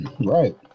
Right